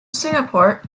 singapore